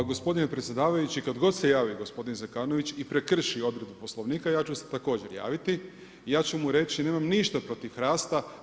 Pa gospodine predsjedavajući, kad god se javi gospodin Zekanović i prekrši odredbu Poslovnika ja ću se također javiti i ja ću mu reći nemam ništa protiv HRAST-a.